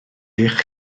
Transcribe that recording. eich